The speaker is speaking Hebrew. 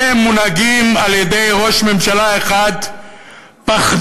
אלה מונהגים על-ידי ראש ממשלה אחד פחדן,